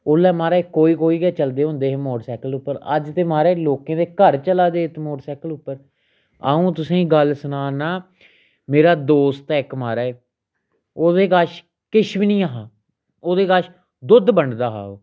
ओल्लै महाराज कोई कोई गै चलदे होंदे हे मोटरसाइकल उप्पर अज्ज ते महाराज लोकें दे घर चला दे मोटरसाइकल उप्पर आ'ऊं तुसेंई गल्ल सना नां मेरा दोस्त ऐ इक महाराज ओह्दे कश किश बी नी ऐ हा ओह्दे कश दुद्ध बंडदा हा ओह्